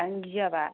आइयु गियाबा